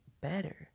better